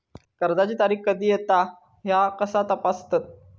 कर्जाची तारीख कधी येता ह्या कसा तपासतत?